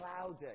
Cloudy